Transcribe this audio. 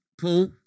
Paul